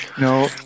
No